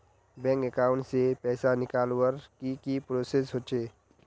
Bank account से पैसा निकालवर की की प्रोसेस होचे?